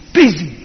busy